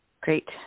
Great